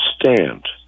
stand